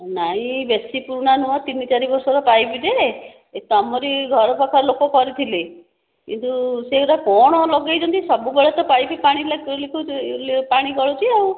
ନାଇ ବେଶୀ ପୁରୁଣା ନୁହଁ ତିନି ଚାରି ବର୍ଷର ପାଇପ୍ ଯେ ତମରି ଘର ପାଖର ଲୋକ କରିଥିଲେ କିନ୍ତୁ ସେଗୁଡ଼ା କଣ ଲଗେଇଛନ୍ତି ସବୁବେଳେ ତ ପାଇପ୍ ପାଣି ଲିକେଜ୍ ପାଣି ଗଳୁଛି ଆଉ